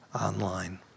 online